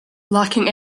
lacking